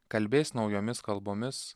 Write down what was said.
kalbės naujomis kalbomis